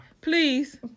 Please